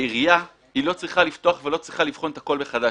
העירייה לא צריכה לפתוח ולבחון את הכול מחדש.